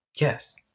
Yes